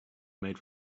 made